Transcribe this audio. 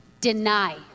deny